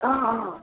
हँ हँ